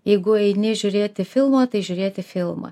jeigu eini žiūrėti filmą tai žiūrėti filmą